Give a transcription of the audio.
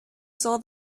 saw